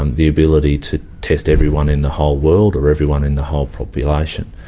um the ability to test everyone in the whole world, or everyone in the whole population,